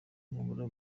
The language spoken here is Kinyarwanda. nkabura